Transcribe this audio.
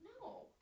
No